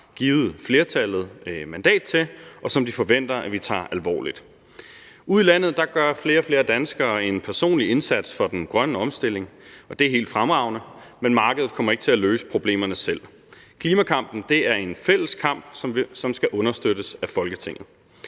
give flertallet mandat til at følge, og som de forventer at vi tager alvorligt. Ude i landet gør flere og flere danskere en personlig indsats for den grønne omstilling, og det er helt fremragende, men markedet kommer ikke til at løse problemerne selv. Klimakampen er en fælles kamp, som skal understøttes af Folketinget.